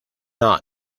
not